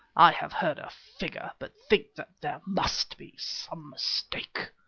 i have heard a figure, but think that there must be some mistake.